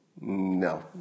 No